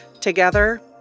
together